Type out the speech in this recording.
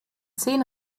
zehn